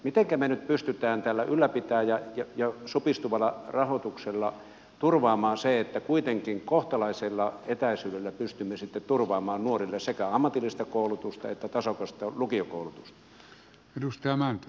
mitenkä me nyt pystymme tällä supistuvalla rahoituksella turvaamaan sen että kuitenkin kohtalaisella etäisyydellä pystymme turvaamaan nuorille sekä ammatillista koulutusta että tasokasta lukiokoulutusta